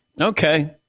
Okay